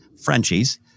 Frenchie's